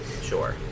sure